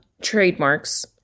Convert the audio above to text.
trademarks